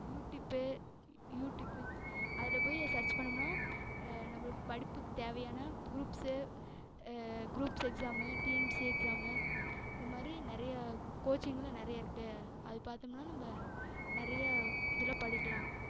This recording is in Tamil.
யூட்டிப்பு யூட்டிப்பு அதில் போய் சர்ச் பண்ணமுனால் நம்மளுக்கு படிப்புக்கு தேவையான groups groups exam TMC exam இது மாதிரி நிறையா கோச்சிங்கெலாம் நிறையா இருக்குது அது பார்த்தமுனா நம்ம நிறைய இதில் படிக்கலாம்